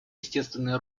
естественный